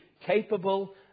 capable